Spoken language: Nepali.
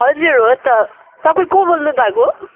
हजुर हो त तपाईँ को बोल्नुभएको